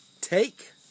take